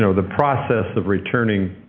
so the process of returning